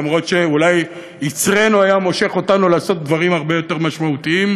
אף שאולי יצרנו היה מושך אותנו לעשות דברים הרבה יותר משמעותיים,